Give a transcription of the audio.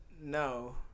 No